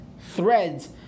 threads